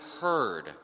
heard